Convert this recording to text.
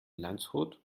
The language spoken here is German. landshut